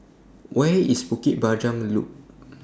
Where IS Bukit Panjang Loop